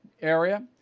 area